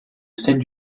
celle